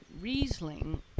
Riesling